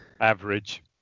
Average